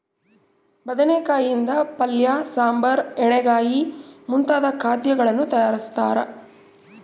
ಬದನೆಕಾಯಿ ಯಿಂದ ಪಲ್ಯ ಸಾಂಬಾರ್ ಎಣ್ಣೆಗಾಯಿ ಮುಂತಾದ ಖಾದ್ಯಗಳನ್ನು ತಯಾರಿಸ್ತಾರ